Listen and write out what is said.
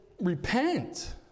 repent